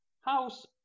house